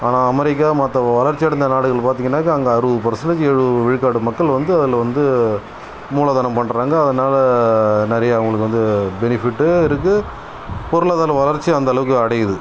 ஆனால் அமெரிக்கா மற்ற வளர்ச்சி அடைந்த நாடுகள் பார்த்திங்கனாக்கா அங்கே அறுபது பர்சண்டேஜ் எழுவது விழுக்காடு மக்கள் வந்து அதில் வந்து மூலதனம் பண்றாங்க அதனால நிறைய அவங்களுக்கு வந்து பெனிஃபிட் இருக்குது பொருளாதார வளர்ச்சியும் அந்தளவுக்கு அடையிது